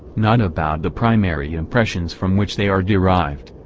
not about the primary impressions from which they are derived.